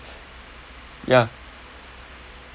ya